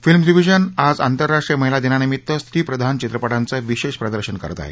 films division आज अंतरराष्ट्रीय महिला दिनानिमित्त स्त्रीप्रधान चित्रपटांचं विशेष प्रदर्शन करत आहे